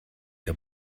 der